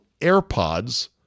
AirPods